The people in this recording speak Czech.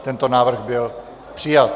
Tento návrh byl přijat.